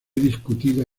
discutida